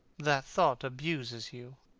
that thought abuses you.